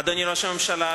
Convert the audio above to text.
אדוני ראש הממשלה,